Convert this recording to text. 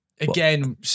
again